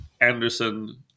Anderson